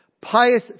pious